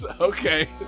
Okay